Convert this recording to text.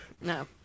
No